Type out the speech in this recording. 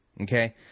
Okay